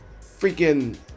freaking